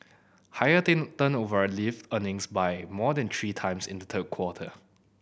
higher turnover lifted earnings by more than three times in the third quarter